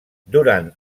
durant